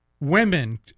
women